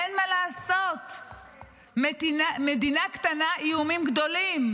אין מה לעשות, מדינה קטנה, איומים גדולים.